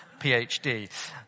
PhD